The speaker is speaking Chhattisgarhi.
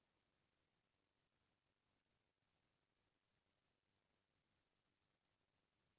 रबि फसल म कोन कोन से फसल उगाए जाथे सकत हे?